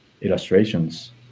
illustrations